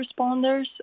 responders